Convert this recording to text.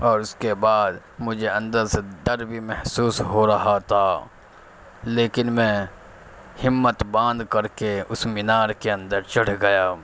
اور اس کے بعد مجھے اندر سے ڈر بھی محسوس ہو رہا تھا لیکن میں ہمت باندھ کر کے اس مینار کے اندر چڑھ گیا